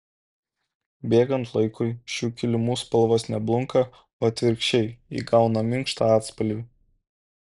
bėgant laikui šių kilimų spalvos ne blunka o atvirkščiai įgauna minkštą atspalvį